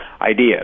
idea